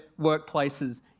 workplaces